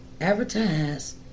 advertise